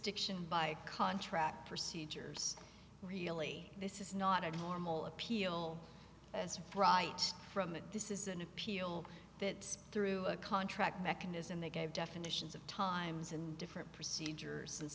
stiction by contract procedures really this is not a normal appeal as of right from the this is an appeal that through a contract mechanism they gave definitions of times and different procedures